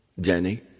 Jenny